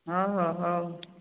ହଉ ହଉ ହଉ